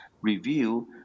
review